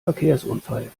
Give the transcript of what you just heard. verkehrsunfall